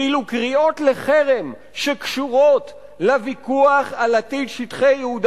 ואילו קריאות לחרם שקשורות לוויכוח על עתיד שטחי יהודה